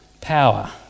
power